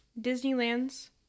Disneyland's